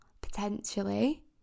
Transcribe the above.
potentially